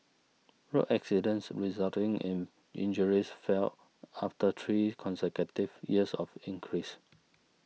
road accidents resulting in injuries fell after three consecutive years of increase